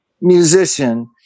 musician